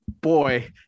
Boy